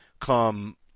come